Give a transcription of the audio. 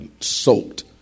soaked